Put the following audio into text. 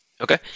Okay